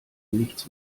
nichts